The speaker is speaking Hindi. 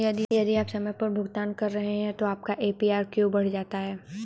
यदि आप समय पर भुगतान कर रहे हैं तो आपका ए.पी.आर क्यों बढ़ जाता है?